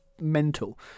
mental